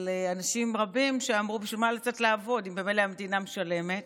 אנשים רבים שאמרו: בשביל מה לצאת לעבוד אם ממילא המדינה משלמת,